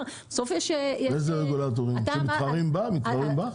רגולטורים שמתחרים בך?